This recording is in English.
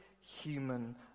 human